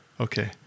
okay